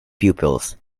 pupils